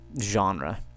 genre